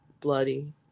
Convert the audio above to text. bloody